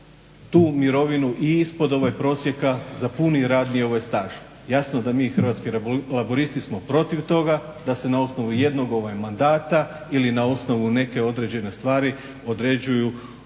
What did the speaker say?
tu mirovinu i ispod prosjeka za puni radni staž. Jasno da mi Hrvatski laburisti smo protiv toga da se na osnovu jednog mandata ili na osnovu neke određene stvari određuju određene